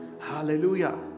hallelujah